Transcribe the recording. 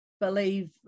believe